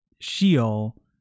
Sheol